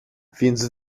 więc